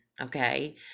okay